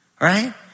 right